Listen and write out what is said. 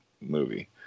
movie